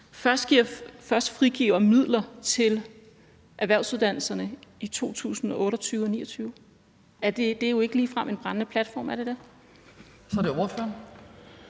først frigiver midler til erhvervsuddannelserne i 2028 og 2029? Det er jo ikke ligefrem udtryk for, at det er en brændende